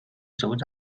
首长